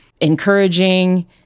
encouraging